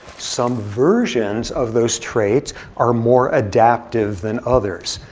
some versions of those traits are more adaptive than others.